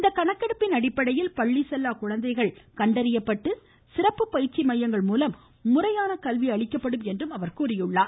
இந்த கணக்கெடுப்பின் அடிப்படையில் பள்ளி செல்லா குழந்தைகள் கண்டறியப்பட்டு சிறப்பு பயிற்சி மையங்கள் மூலம் முறையான கல்வி அளிக்கப்படும் எனவும் அவர் கூறினார்